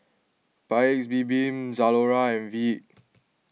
Paik's Bibim Zalora and Veet